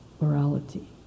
morality